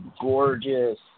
gorgeous